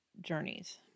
journeys